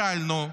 שאלנו,